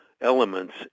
elements